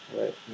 Right